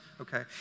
Okay